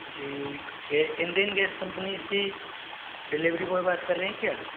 जी ये Indian gas company से delivery boy बात कर रहे है क्या